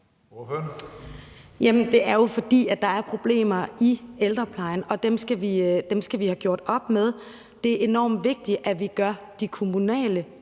Det er jo, fordi der er problemer i ældreplejen, og dem skal vi have gjort op med. Det er enormt vigtigt, at vi gør de kommunale